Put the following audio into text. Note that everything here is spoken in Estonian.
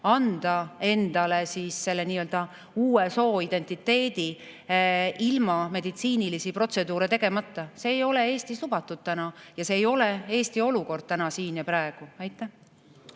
anda endale nii-öelda uue sooidentiteedi ilma meditsiinilisi protseduure tegemata. See ei ole Eestis lubatud täna ja see ei ole Eesti olukord täna, siin ja praegu. Mul